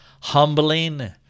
Humbling